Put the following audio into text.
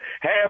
half